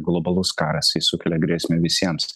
globalus karas jis sukelia grėsmę visiems